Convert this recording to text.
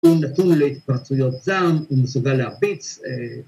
‫הוא נתון להתפרצויות זעם, ‫הוא מסוגל להרביץ.